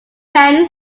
ten